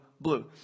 blue